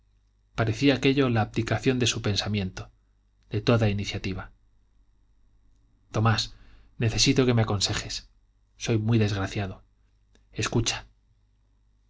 parecía aquello la abdicación de su pensamiento de toda iniciativa tomás necesito que me aconsejes soy muy desgraciado escucha